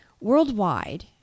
Worldwide